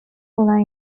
була